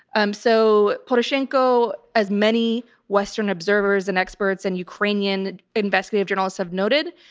um, so poroshenko as many western observers and experts and ukrainian investigative journalists have noted,